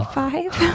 five